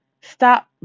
Stop